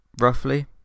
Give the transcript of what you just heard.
roughly